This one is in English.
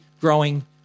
growing